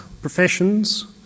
professions